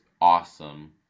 awesome